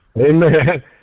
Amen